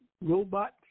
robots